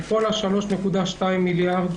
מכל ה-3.2 מיליארד שקל.